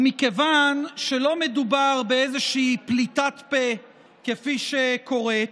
ומכיוון שלא מדובר באיזושהי פליטת פה, כפי שקורה,